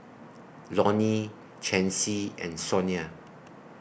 Lonny Chancey and Sonia